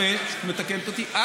התקנות, שטויות.